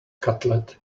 cutlet